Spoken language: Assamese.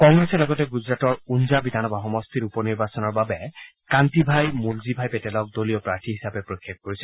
কংগ্ৰেছে লগতে গুজৰাটৰ উনঝা বিধানসভা সমষ্টিৰ উপনিৰ্বাচনৰ বাবে কান্তি ভাই মূলজী ভাই পেটেলক দলীয় প্ৰাৰ্থী হিচাপে প্ৰক্ষেপ কৰিছে